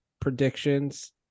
predictions